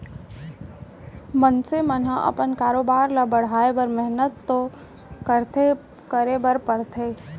मनसे मन ह अपन कारोबार ल बढ़ाए बर मेहनत तो बरोबर करे बर परथे